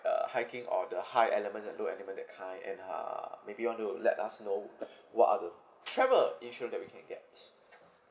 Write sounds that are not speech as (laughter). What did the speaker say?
uh hiking or the high element and low element that kind and uh maybe want to let us know (breath) what are the travel insurance that we can get